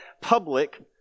public